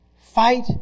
Fight